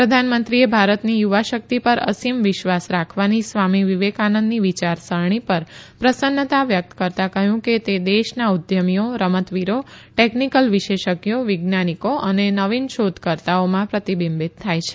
પ્રધાનમંત્રીએ ભારતની યુવાશકિત પર અસીમ વિશ્વાસ રાખવાની સ્વામી વિવેકાનંદની વિચારસરણી પર પ્રસન્નતા વ્યકત કરતા કહયું કે તે દેશના ઉધ્ધમીઓ રમતવીરો ટેકનીકલ વિશેષજ્ઞો વૈજ્ઞાનીકો અને નવીન શોધકર્તાઓમાં પ્રતિબિંબિત થાય છે